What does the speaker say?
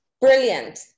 Brilliant